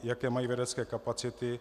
Jaké mají vědecké kapacity?